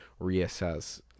reassess